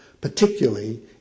particularly